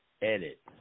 Edit